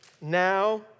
Now